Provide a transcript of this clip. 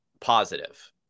positive